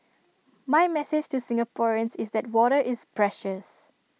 my message to Singaporeans is that water is precious